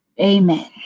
Amen